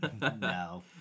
No